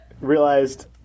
Realized